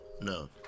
no